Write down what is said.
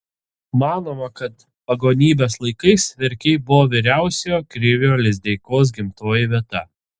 manoma kad pagonybės laikais verkiai buvo vyriausiojo krivio lizdeikos gimtoji vieta